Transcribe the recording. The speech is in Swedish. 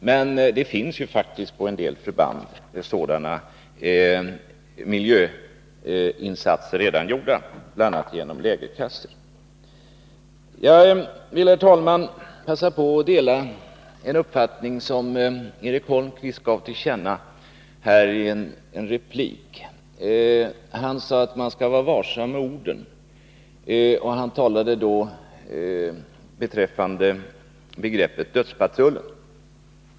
Men miljöinsatser av det slaget har redan gjorts på en del förband, bl.a. genom lägerkassor. Herr talman! Jag vill passa på och understryka att jag delar helt den uppfattning som Eric Holmqvist gav uttryck för i en replik. Han sade att man skall vara varsam med orden. Han ville mönstra ut begreppet ”dödspatrullen”.